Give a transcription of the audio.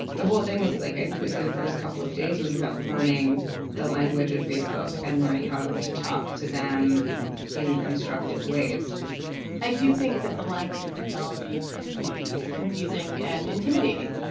the whole thing was like i would say the first couple of days was about learning the language of facebook and learning how to to talk to them in constructive ways i do think that the language of technology can be confusing and intimidating.